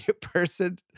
person